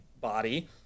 body